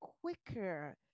quicker